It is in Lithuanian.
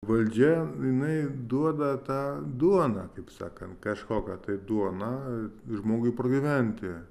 valdžia jinai duoda tą duoną kaip sakant kažkokią tai duoną žmogui pragyventi